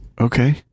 Okay